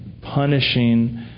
punishing